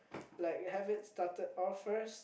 like have it started off first